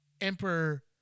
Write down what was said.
Emperor